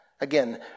Again